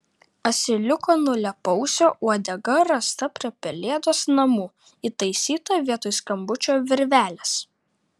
asiliuko nulėpausio uodega rasta prie pelėdos namų įtaisyta vietoj skambučio virvelės